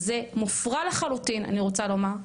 זה מופרע לחלוטין אני רוצה לומר,